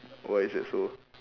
why is that so